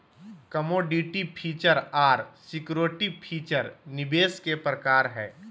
commodity feature आर security feature निवेश के प्रकार हय